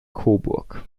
coburg